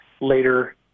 later